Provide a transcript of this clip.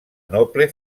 noble